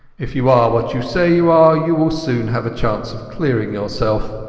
if you are what you say you are, you will soon have a chance of clearing yourself.